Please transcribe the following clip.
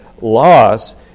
loss